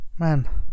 Man